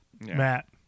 Matt